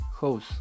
house